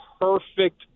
perfect